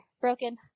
Broken